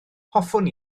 hoffwn